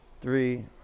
three